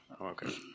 Okay